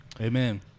Amen